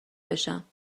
بشم